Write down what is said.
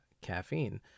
caffeine